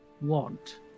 want